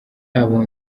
abo